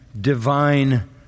divine